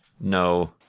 no